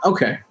Okay